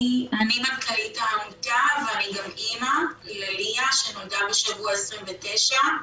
אני מנכ"לית העמותה ואני גם אמא לליה שנולדה בשבוע ה -29,